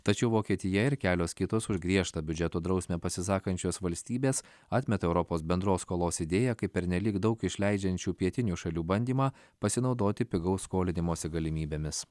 tačiau vokietija ir kelios kitos už griežtą biudžeto drausmę pasisakančios valstybės atmeta europos bendros skolos idėją kaip pernelyg daug išleidžiančių pietinių šalių bandymą pasinaudoti pigaus skolinimosi galimybėmis